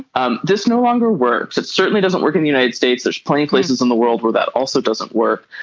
um this no longer works. it certainly doesn't work in the united states. there's plenty places in the world where that also doesn't work.